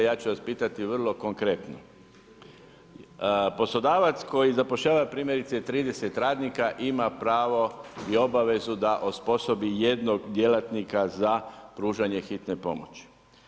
Ja ću vas pitati vrlo korektno, poslodavac, koji zapošljava, primjerice 30 radnika, ima pravo i obavezu da osposobi jednog djelatnika za pružanje hitne pomoći.